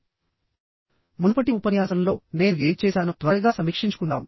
ఇప్పుడు నేను ఎప్పటిలాగే ప్రారంభించే ముందు మునుపటి ఉపన్యాసంలో నేను ఏమి చేశానో త్వరగా సమీక్షించుకుందాం